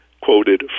quoted